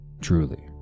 truly